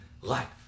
life